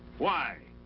why?